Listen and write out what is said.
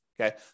Okay